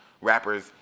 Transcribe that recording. rappers